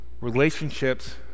relationships